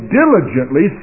diligently